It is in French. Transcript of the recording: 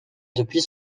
depuis